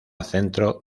centro